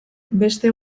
beste